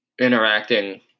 interacting